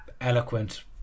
eloquent